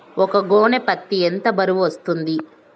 ఒక గోనె పత్తి ఎంత బరువు వస్తుంది?